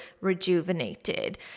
rejuvenated